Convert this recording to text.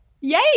Yay